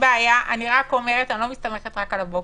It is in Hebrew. אני לא מסתמכת רק על הבוקר.